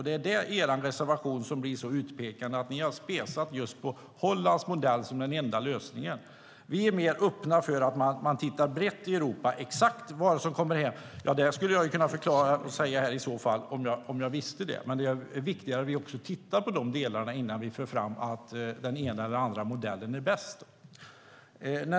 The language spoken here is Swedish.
Det är där er reservation blir så utpekande. Ni har pekat just på Hollands modell som den enda lösningen. Vi är mer öppna för att man tittar brett i Europa på exakt vad som finns. Annars skulle jag kunna förklara och säga om jag visste. Men det viktiga är att vi tittar på de delarna innan vi för fram att den ena eller den andra modellen är bäst.